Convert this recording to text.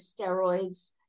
Steroids